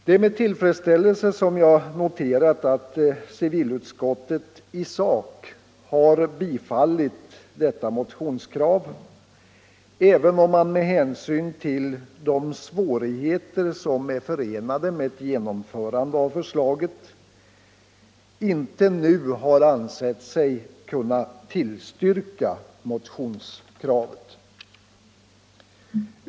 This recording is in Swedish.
Det är med tillfredsställelse vi har noterat att civilutskottet i sak har biträtt detta motionskrav även om utskottet med hänsyn till de svårigheter som är förenade med ett genomförande av förslaget inte nu har ansett sig kunna tillstyrka kravet.